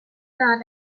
دارد